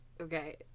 Okay